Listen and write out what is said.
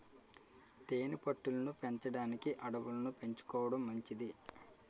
తేనె పట్టు లను పెంచడానికి అడవులను ఎంచుకోవడం మంచిది